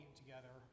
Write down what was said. together